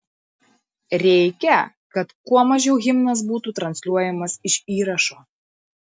reikia kad kuo mažiau himnas būtų transliuojamas iš įrašo